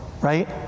right